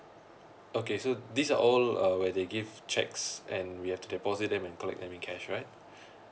okay so these are all uh where they give checks and we have to deposit it and collect them in cash right